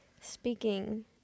speaking